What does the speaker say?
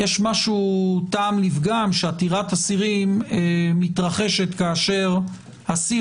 יש טעם לפגם שעתירת אסירים מתרחשת כאשר אסיר